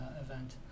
event